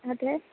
അതെ